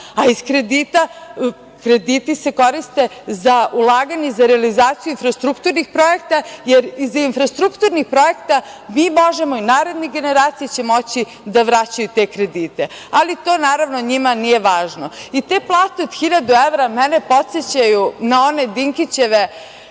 prihoda, a krediti se koriste za ulaganje i za realizaciju infrastrukturnih projekata, jer iz infrastrukturnih projekata mi možemo i naredne generacije će moći da vraćaju te kredite. Naravno, to njima nije važno. Te plate od 1000 evra mene podsećaju na one Dinkićeve